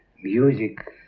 music